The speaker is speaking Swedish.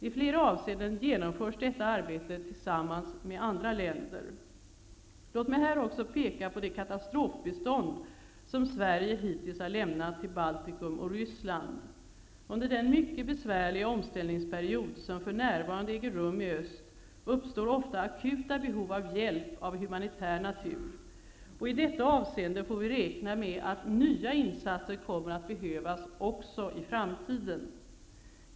I flera avseenden genomförs detta arbete tillsammans med andra länder. Låt mig här peka på det katastrofbistånd som Sverige hittills har lämnat till Baltikum och Ryssland. Under den mycket besvärliga omställningsperiod som för närvarande äger rum i öst uppstår ofta akuta behov av hjälp av humanitär natur. I detta avseende får vi räkna med att nya insatser kommer att behövas också i framtiden.